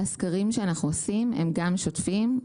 הסקרים שאנחנו עושים הם גם שוטפים.